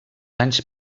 anys